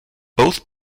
both